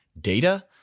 data